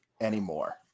anymore